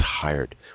tired